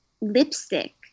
lipstick